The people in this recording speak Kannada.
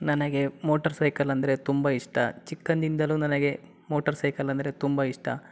ನನಗೆ ಮೋಟರ್ ಸೈಕಲ್ ಅಂದರೆ ತುಂಬ ಇಷ್ಟ ಚಿಕ್ಕಂದಿನಿಂದಲೂ ನನಗೆ ಮೋಟರ್ ಸೈಕಲ್ ಅಂದರೆ ತುಂಬ ಇಷ್ಟ